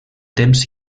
temps